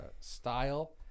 style